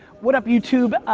what up, youtube?